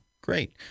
Great